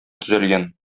төзәлгән